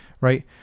right